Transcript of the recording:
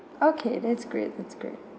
okay that's great that's great